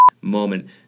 moment